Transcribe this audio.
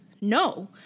no